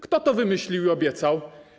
Kto to wymyślił i obiecał?